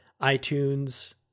iTunes